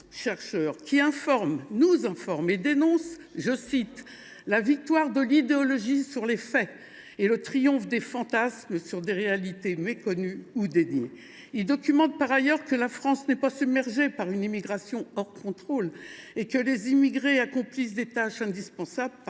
chercheurs qui nous informent et qui dénoncent la « victoire de l’idéologie sur les faits, le triomphe des fantasmes sur des réalités méconnues ou déniées ». Ils démontrent ainsi que « la France n’est pas “submergée” par une immigration “hors contrôle” » et que les immigrés accomplissent des tâches indispensables –